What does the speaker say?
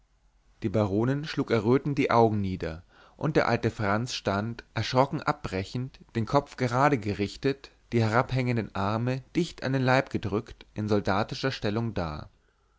die baronin schlug errötend die augen nieder und der alte franz stand erschrocken abbrechend den kopf gerade gerichtet die herabhängenden arme dicht an den leib gedrückt in soldatischer stellung da